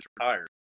retired